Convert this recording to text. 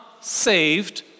saved